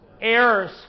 errors